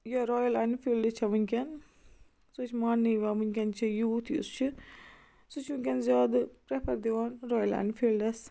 یہِ Royal Enfield چھِ وٕنکٮ۪ن سۄ چھِ ماننہٕ یِوان وٕنکٮ۪ن چہِ یوٗتھ یُس چھُ سُہ چھُ وٕنکٮ۪ن زیادٕ پرٮ۪فر دِوان رایل اٮ۪نفیلڈس